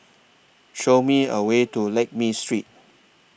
Show Me A Way to Lakme Street